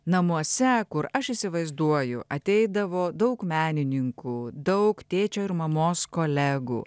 namuose kur aš įsivaizduoju ateidavo daug menininkų daug tėčio ir mamos kolegų